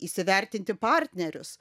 įsivertinti partnerius